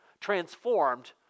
transformed